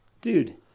dude